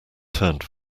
turned